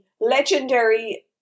legendary